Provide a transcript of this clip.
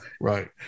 right